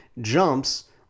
jumps